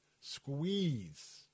squeeze